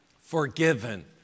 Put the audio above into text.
Forgiven